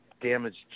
damaged